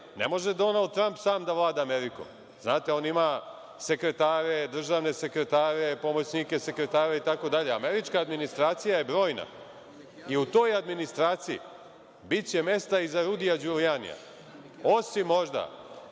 Ne može Donald Tramp sam da vlada Amerikom. Znate, on ima sekretare, državne sekretare, pomoćnike sekretara itd. Američka administracija je brojna i u toj administraciji biće mesta i za Rudija Đulijanija, osim možda